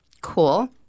Cool